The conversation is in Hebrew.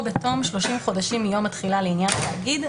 או בתום 30 חודשים מיום התחילה לעניין תאגיד,